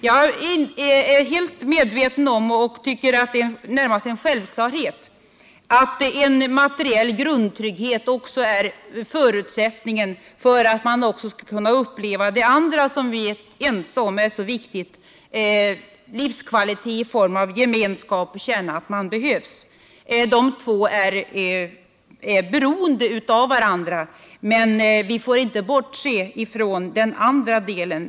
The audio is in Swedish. Jag är helt medveten om, och jag tycker att det närmast är en självklarhet, att en materiell grundtrygghet är en förutsättning för att man också skall kunna uppleva det andra vi är ense om är så viktigt, livskvalitet i form av gemenskap och känslan av att man behövs. De två beståndsdelarna — ekonomisk trygghet och känslomässig trygghet — är beroende av varandra, och vi får alltså inte bortse från den andra delen.